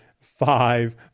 five